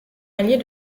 allier